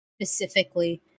specifically